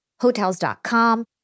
Hotels.com